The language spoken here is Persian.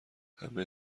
همه